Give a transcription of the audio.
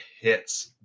hits